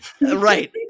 Right